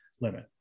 limit